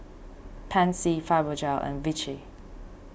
Pansy Fibogel and Vichy